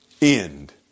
end